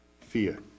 fear